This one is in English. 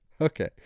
Okay